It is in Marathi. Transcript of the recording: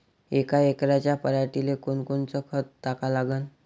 यका एकराच्या पराटीले कोनकोनचं खत टाका लागन?